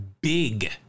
big